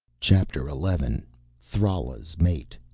chapter eleven thrala's mate